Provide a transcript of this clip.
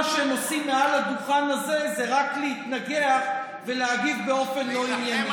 שהם עושים מעל הדוכן הזה זה רק להתנגח ולהגיב באופן לא ענייני.